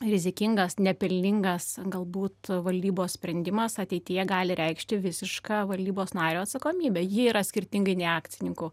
rizikingas nepelningas galbūt valdybos sprendimas ateityje gali reikšti visišką valdybos nario atsakomybę ji yra skirtingai nei akcininkų